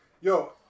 Yo